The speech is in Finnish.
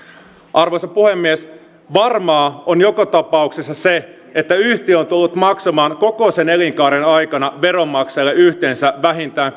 arvoisa puhemies varmaa on joka tapauksessa se että yhtiö on tullut maksamaan koko sen elinkaaren aikana veronmaksajille yhteensä vähintään